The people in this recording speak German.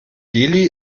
delhi